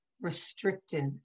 restricted